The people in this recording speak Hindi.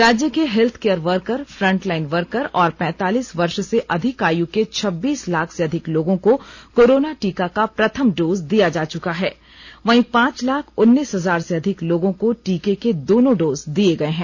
राज्य के health care worker front line worker और पैंतालीस वर्ष से अधिक आय के छब्बीस लाख से अधिक लोगों को कोरोना टीका का प्रथम डोज दिया जा चुका है वहीं पांच लाख उन्नीस हजार से अधिक लोगों को टीके के दोनों डोज दिए गए हैं